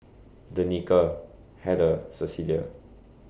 Danika Heather Cecilia